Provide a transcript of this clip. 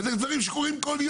אבל, גם וגם.